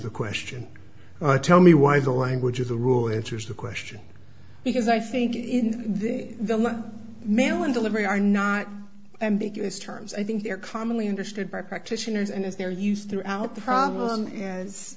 the question tell me why the language of the rule enters the question because i think in this the main one delivery are not ambiguous terms i think they're commonly understood by practitioners and as they're used throughout the problem a